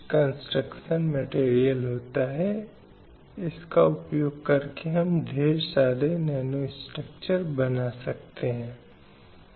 इसलिए यह हिंसा का समावेश है जो कि परिवार के अंदर या बाहर है या नहीं अब हिंसक वारदातों के कई उदाहरण हो सकते हैं चाहे वह परिवार में हो या परिवार के बाहर